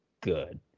good